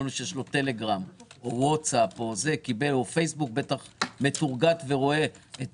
כל מי שיש לו טלגרם או ווטצאפ או פייסבוק "מטורגט" ורואה את